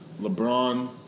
LeBron